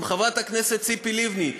עם חברת הכנסת ציפי לבני,